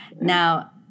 Now